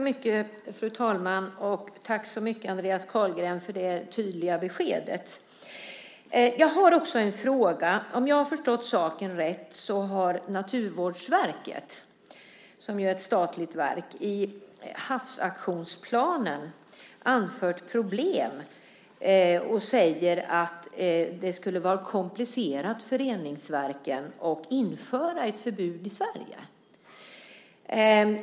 Fru talman! Tack så mycket, Andreas Carlgren, för det tydliga beskedet. Jag har också en fråga. Om jag har förstått saken rätt har Naturvårdsverket, som är ett statligt verk, i havsaktionsplanen anfört problem och sagt att det skulle vara komplicerat för reningsverken att införa ett förbud i Sverige.